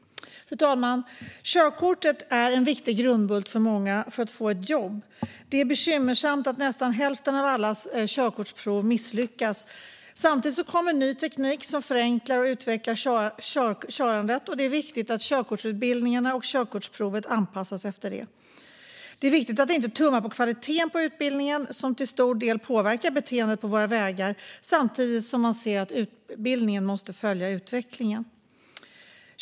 Fru talman! Körkortet är för många en viktig grundbult i att få ett jobb. Det är bekymmersamt att nästan hälften av alla körkortsprov misslyckas. Samtidigt kommer ny teknik som förenklar och utvecklar körandet, och det är viktigt att körkortsutbildningarna och körkortsprovet anpassas efter det. Det är viktigt att inte tumma på kvaliteten på utbildningen, som till stor del påverkar beteendet på våra vägar, samtidigt som man ser att utbildningen måste följa utvecklingen.